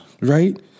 Right